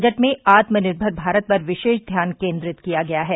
budget में आत्मनिर्भर भारत पर विशेष ध्यान केंद्रित किया गया है